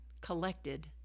collected